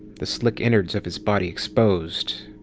the slick innards of his body exposed,